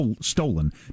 stolen